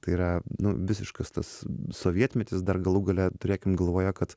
tai yra visiškas tas sovietmetis dar galų gale turėkim galvoje kad